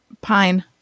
Pine